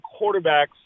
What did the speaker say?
quarterbacks